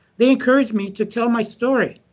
they encouraged me to tell my story.